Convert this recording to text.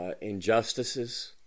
injustices